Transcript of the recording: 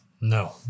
No